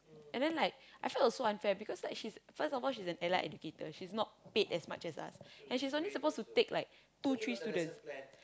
and then like I felt it was so unfair first of all she's an like educator she's not paid as much as us and she's only supposed to take like two three students